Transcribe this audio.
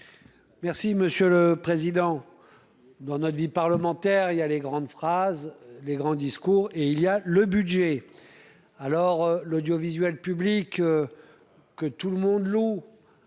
Merci monsieur le président, dans notre vie parlementaire il y a les grandes phrases les grands discours et il y a le budget alors l'audiovisuel public, que tout le monde loue